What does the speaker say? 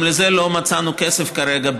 גם לזה לא מצאנו כסף כרגע,